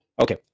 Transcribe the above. Okay